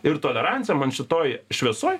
ir tolerancija man šitoj šviesoj